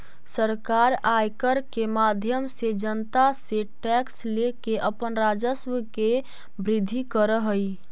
सरकार आयकर के माध्यम से जनता से टैक्स लेके अपन राजस्व के वृद्धि करऽ हई